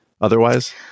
otherwise